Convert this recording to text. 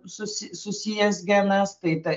susi susijęs genas tai ta